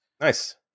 Nice